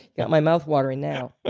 got my mouth watering now.